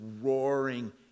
roaring